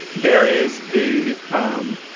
there is the um